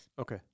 Okay